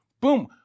Boom